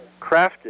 crafted